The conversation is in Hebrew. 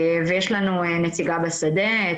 ויש לנו נציגה בשדה,